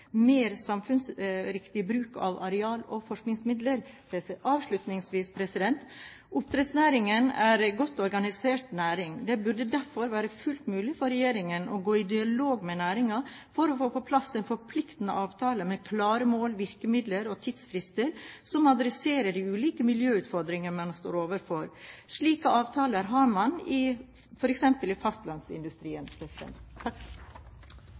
mer samfunnsriktig bruk av areal og forskningsmidler? Avslutningsvis: Oppdrettsnæringen er en godt organisert næring. Det burde derfor være fullt mulig for regjeringen å gå i dialog med næringen for å få på plass en forpliktende avtale med klare mål, virkemidler og tidsfrister som adresserer de ulike miljøutfordringene man står overfor. Slike avtaler har man f.eks. i fastlandsindustrien. Debatten i